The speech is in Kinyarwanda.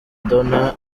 madonna